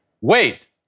Wait